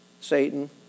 Satan